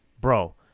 bro